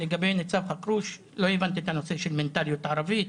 ולגבי ניצב חכרוש לא הבנתי את הנושא של מנטליות ערבית,